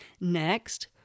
Next